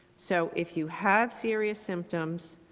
so if you have serious symptoms,